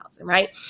right